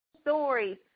stories